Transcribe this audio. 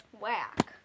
Whack